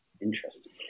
interesting